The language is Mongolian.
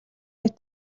мэт